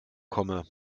komme